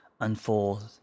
unfold